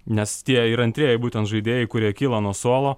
nes tie ir antrieji būtent žaidėjai kurie kyla nuo suolo